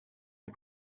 and